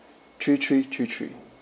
three three three three